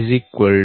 db'c'